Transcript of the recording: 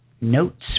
Notes